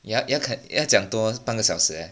要要要讲多半个小时 eh